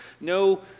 No